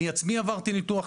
אני עצמי עברתי ניתוח,